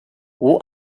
who